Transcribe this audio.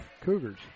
Cougars